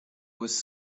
was